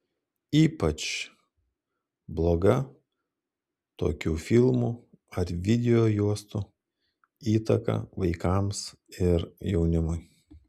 ypač bloga tokių filmų ar videojuostų įtaka vaikams ir jaunimui